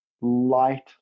light